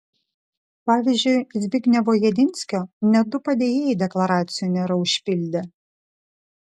pavyzdžiui zbignevo jedinskio net du padėjėjai deklaracijų nėra užpildę